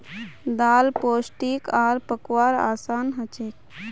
दाल पोष्टिक आर पकव्वार असान हछेक